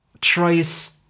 trace